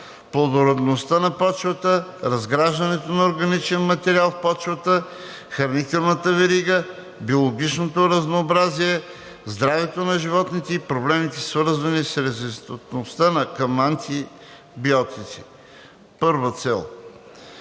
плодородността на почвата, разграждането на органичен материал в почвата, хранителната верига, биологичното разнообразие, здравето на животните и проблемите, свързани с резистентността към антибиотици. I. Цел: